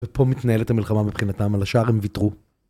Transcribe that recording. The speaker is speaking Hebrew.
ופה מתנהלת המלחמה מבחינתם, על השאר הם ויתרו.